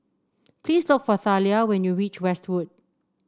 please look for Thalia when you reach Westwood